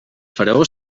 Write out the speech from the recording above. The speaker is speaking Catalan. faraó